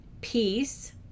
peace